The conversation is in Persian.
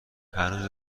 هنوز